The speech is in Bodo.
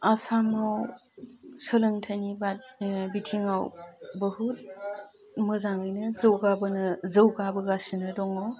आसामाव सोलोंथाइनि बाद बिथिङाव बहुद मोजाङैनो जौगाबोनो जौगाबोगासिनो दङ